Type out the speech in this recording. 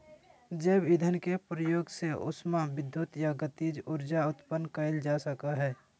जैव ईंधन के प्रयोग से उष्मा विद्युत या गतिज ऊर्जा उत्पन्न कइल जा सकय हइ